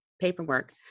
paperwork